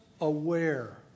aware